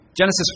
Genesis